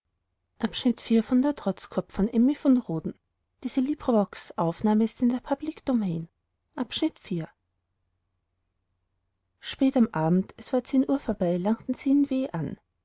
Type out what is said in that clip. spät am abend es war zehn uhr vorbei langten sie in w an